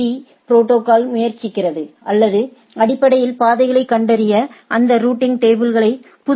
பீ protocol முயற்சிக்கிறது அல்லது அடிப்படையில் பாதைகளை கண்டறிய அந்த ரூட்டிங் டேபிளை புதுப்பிக்கிறது